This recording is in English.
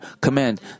command